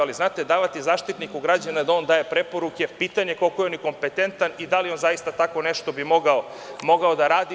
Ali znate, davati Zaštitniku građana da on daje preporuke, pitanje je koliko je on kompetentan i da li bi on zaista tako nešto da radi.